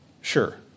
Sure